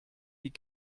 die